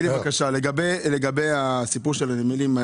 לגבי הסיפור של הנמלים,